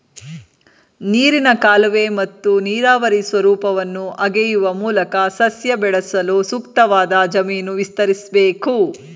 ನೀರಿನ ಕಾಲುವೆ ಮತ್ತು ನೀರಾವರಿ ಸ್ವರೂಪವನ್ನು ಅಗೆಯುವ ಮೂಲಕ ಸಸ್ಯ ಬೆಳೆಸಲು ಸೂಕ್ತವಾದ ಜಮೀನು ವಿಸ್ತರಿಸ್ಬೇಕು